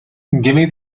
gimme